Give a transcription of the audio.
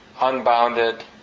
unbounded